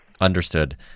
Understood